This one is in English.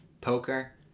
poker